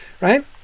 right